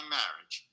marriage